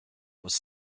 was